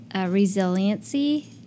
resiliency